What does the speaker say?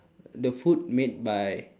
the food made by